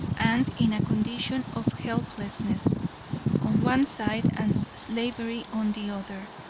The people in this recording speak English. and in a condition of helplessness on one side and slavery on the other.